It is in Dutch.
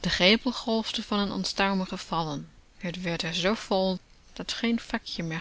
de greppel golfde van het onstuimige vallen het werd er z vol dat geen vakje